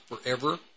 forever